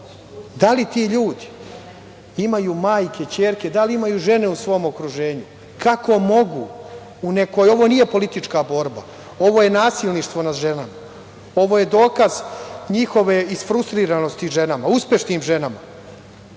da li ti ljudi imaju majke, ćerke? Da li imaju žene u svom okruženju? Kako mogu u nekoj, ovo nije politička borba, ovo je nasilništvo nad ženama, ovo je dokaz njihove isfrustiranosti ženama, uspešnim ženama.